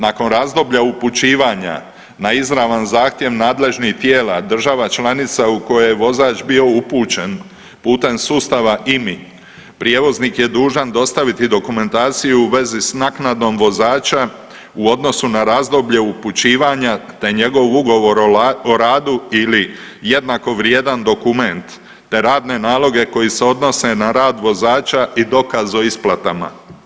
Nakon razdoblja upućivanja na izravan zahtjev nadležnih tijela država članica u koje je vozač bio upućen putem sustava IMI prijevoznik je dužan dostaviti dokumentaciju u vezi sa naknadom vozača u odnosu na razdoblje upućivanja, te njegov ugovor o radu ili jednako vrijedan dokument, te radne naloge koji se odnose na rad vozača i dokaz o isplatama.